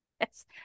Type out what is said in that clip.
Yes